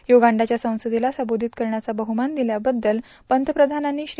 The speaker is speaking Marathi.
युगांडाच्या संसदेला संबोधित करण्याचा बद्वमान दिल्याबद्दल पंतप्रधानांनी श्री